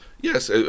Yes